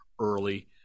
early